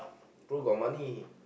pro got money